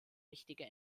wichtige